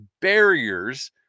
barriers